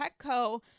petco